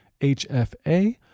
HFA